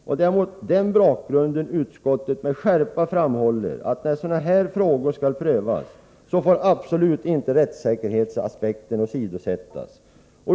Det är också mot den bakgrunden som utskottet med skärpa framhåller att när sådana här frågor skall prövas, får rättssäkerhetsaspekten absolut inte åsidosättas.